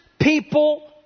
people